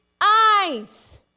eyes